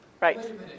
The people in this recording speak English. Right